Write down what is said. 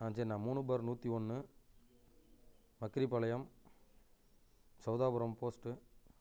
ஆ சரிண்ணா மூணு பார் நூற்றி ஒன்று மக்கிரிப்பாளையம் சௌதாபுரம் போஸ்ட்டு